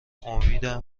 امیدم